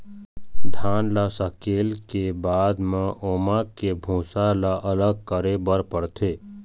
धान ल सकेले के बाद म ओमा के भूसा ल अलग करे बर परथे